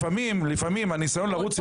לפעמים הניסיון לרוץ יותר מהר,